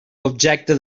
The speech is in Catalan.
objecte